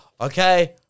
Okay